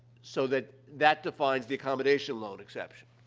so that that defines the accommodation loan exception.